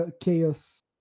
chaos